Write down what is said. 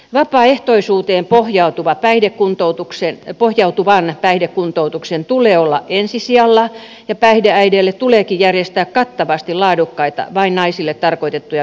vapaaehtoisuuteen pohjautuvan päihdekuntoutuksen tulee olla ensi sijalla ja päihdeäideille tuleekin järjestää kattavasti laadukkaita vain naisille tarkoitettuja vieroituspalveluja